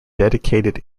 dedicated